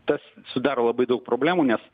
tas sudaro labai daug problemų nes